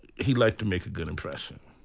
he liked to make a good impression,